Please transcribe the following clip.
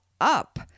up